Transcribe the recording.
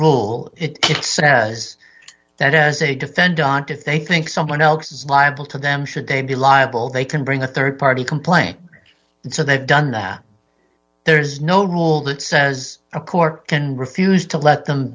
rule it says that as a defendant if they think someone else is liable to them should they be liable they can bring a rd party complaint so they've done that there's no rule that says a court can refuse to let them